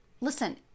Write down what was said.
Listen